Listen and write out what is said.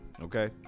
Okay